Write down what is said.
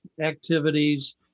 activities